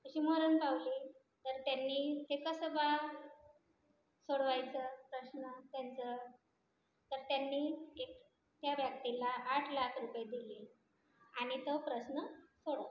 अशी मरण पावले तर त्यांनी हे कसं बा सोडवायचं प्रश्न त्यांचं तर त्यांनी एक त्या व्यक्तीला आठ लाख रुपये दिले आणि तो प्रश्न सोडवला